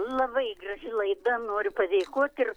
labai graži laida noriu padėkot ir